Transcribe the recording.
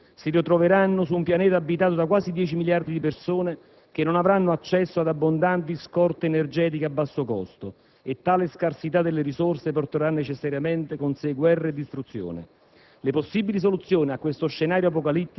che presto, se non noi, i nostri figli si ritroveranno su un pianeta abitato da quasi dieci miliardi di persone che non avranno accesso ad abbondanti scorte energetiche a basso costo. Tale scarsità delle risorse porterà necessariamente con sé guerra e distruzione.